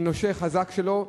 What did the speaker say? הוא נושה חזק שלו,